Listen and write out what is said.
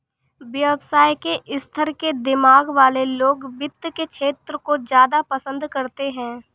व्यवसाय के स्तर के दिमाग वाले लोग वित्त के क्षेत्र को ज्यादा पसन्द करते हैं